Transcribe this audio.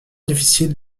difficile